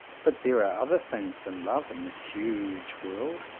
but there are other things than love in this huge world.